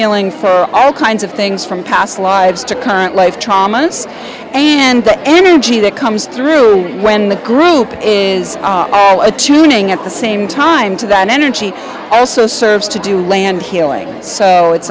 peeling for all kinds of things from past lives to current life thomas and the energy that comes through when the group is a tuning at the same time to that energy also serves to do land healing so it's